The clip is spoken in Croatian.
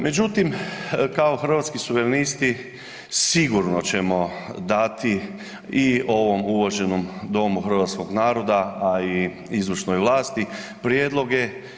Međutim, kao Hrvatski suverenisti sigurno ćemo dati i ovom uvaženom Domu Hrvatskoga naroda, a i izvršnoj vlasti prijedloge.